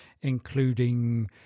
including